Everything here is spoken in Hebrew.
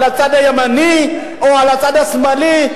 על הצד הימני או על הצד השמאלי,